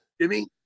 Jimmy